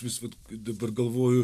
vis vat dabar galvoju